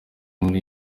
muri